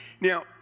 Now